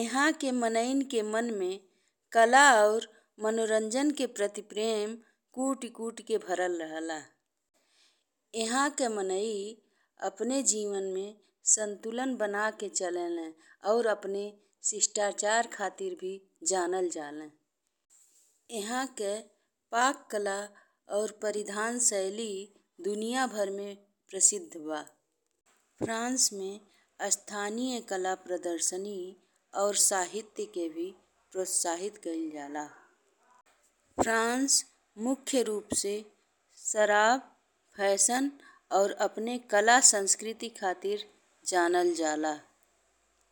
इहाँ के मनईन के मन में कला और मनोरंजन के प्रति प्रेम कुटि कुटि के भरल रहला। इहाँ के मनई अपने जीवन में संतुलन बना के चलेले और अपने शिष्टाचार खातिर भी जानल जाले। इहाँ के पाक कला और परिधान शैली दुनिया भर में प्रसिद्ध बा। फ्रांस ने स्थानीय कला प्रदर्शनी और साहित्य के भी प्रोत्साहित कइल जाला। फ्रांस मुख्य रूप से शराब, फैशन, और अपने कला संस्कृति खातिर जानल जाला।